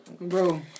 Bro